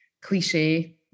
cliche